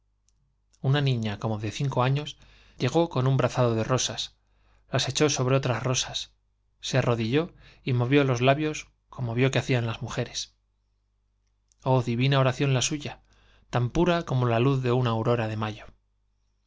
una niña como de cinco años llegó con un brazado de rosas las echó sobre otras rosas se arrodilló y movió los labios corno vió que hacían las mujeres divina oración la suya tan pura la luz de i oh como una aurora ele mayo